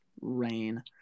rain